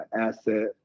asset